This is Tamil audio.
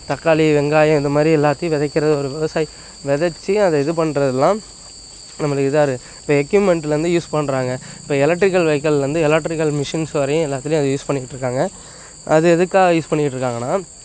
தக்காளி வெங்காயம் இது மாதிரி எல்லாத்தையும் விதைக்குறது ஒரு விவசாயி விதச்சி அதை இது பண்ணுறதுல தான் நம்மளுக்கு இதா இருக்கு இப்போ எக்யூப்மெண்ட்லேர்ந்து யூஸ் பண்ணுறாங்க இப்போ எலெக்ட்ரிக்கல் வெஹிக்களேர்ந்து எலெக்ட்ரிக்கல் மிஷின்ஸ் வரையும் எல்லாத்துலையும் அது யூஸ் பண்ணிக்கிட்டு இருக்காங்க அது எதற்காக யூஸ் பண்ணிக்கிட்டு இருக்காங்கன்னா